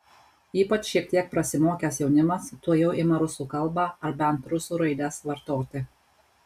ypač šiek tiek prasimokęs jaunimas tuojau ima rusų kalbą ar bent rusų raides vartoti